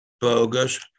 bogus